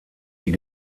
die